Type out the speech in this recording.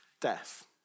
death